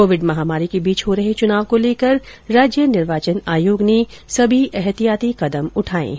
Covid महामारी के बीच हो रहे चुनाव को लेकर राज्य निर्वाचन आयोग ने सभी एतिहायाती कदम उठाए हैं